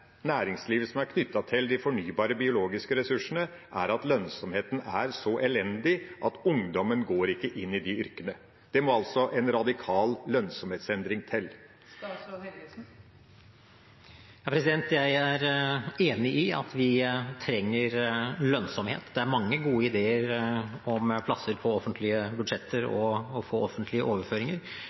fornybare biologiske ressursene, er imidlertid at lønnsomheten er så elendig at ungdommen ikke går inn i de yrkene. Det må altså en radikal lønnsomhetsendring til. Jeg er enig i at vi trenger lønnsomhet. Det er mange gode ideer om plasser på offentlige budsjetter og å få offentlige overføringer.